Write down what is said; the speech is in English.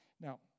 Now